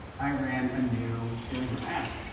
i ran a new series of ads.